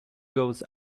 goes